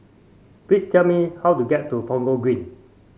please tell me how to get to Punggol Green